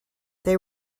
they